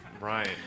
Right